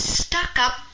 stuck-up